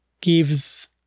gives